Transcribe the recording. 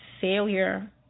failure